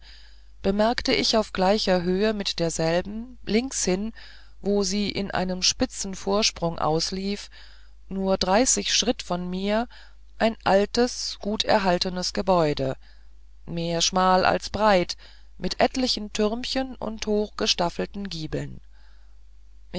bemerkte ich auf gleicher höhe mit derselben links hin wo sie in einem spitzen vorsprung auslief nur dreißig schritt von mir ein altes guterhaltenes gebäude mehr schmal als breit mit etlichen türmchen und hoch gestaffeltem giebel